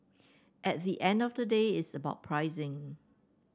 at the end of the day it's about pricing